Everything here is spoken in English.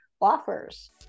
offers